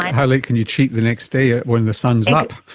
how late can you cheat the next day ah when the sun is up!